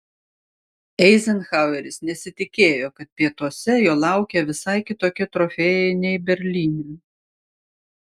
eizenhaueris nesitikėjo kad pietuose jo laukia visai kitokie trofėjai nei berlyne